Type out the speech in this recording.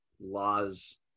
laws